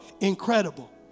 incredible